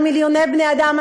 על מיליוני בני-אדם.